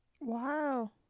Wow